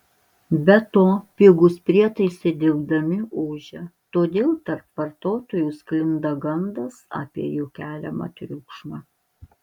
be to pigūs prietaisai dirbdami ūžia todėl tarp vartotojų sklinda gandas apie jų keliamą triukšmą